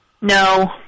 No